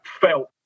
felt